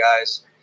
guys –